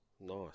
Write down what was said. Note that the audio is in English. Nice